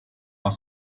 are